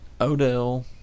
Odell